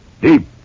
Deep